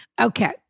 Okay